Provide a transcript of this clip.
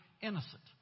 innocent